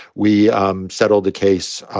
we um settled the case.